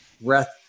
breath